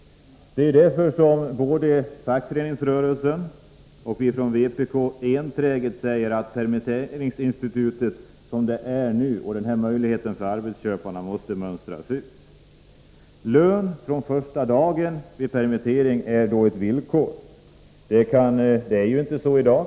Det är därför som både fackföreningsrörelsen och vi i vpk enträget säger att permitteringsinstitutet som det ser ut i dag och därmed denna möjlighet för arbetsköparna måste avskaffas. Lön från första dagen vid permittering är ett villkor. I dag gäller inte någon sådan regel.